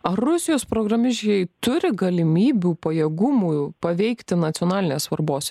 ar rusijos programišiai turi galimybių pajėgumų paveikti nacionalinės svarbos